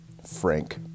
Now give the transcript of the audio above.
Frank